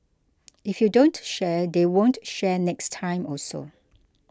if you don't share they won't share next time also